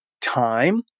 time